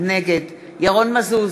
נגד ירון מזוז,